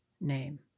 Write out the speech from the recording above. name